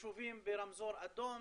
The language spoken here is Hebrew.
יישובים בצבע אדום,